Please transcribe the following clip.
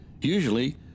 Usually